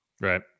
Right